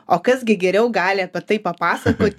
o kas gi geriau gali apie tai papasakoti